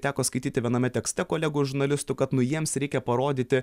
teko skaityti viename tekste kolegų žurnalistų kad nu jiems reikia parodyti